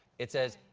it says,